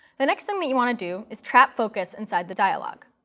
the next thing that you want to do is trap focus inside the dialog.